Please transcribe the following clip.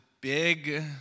big